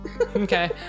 Okay